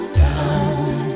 down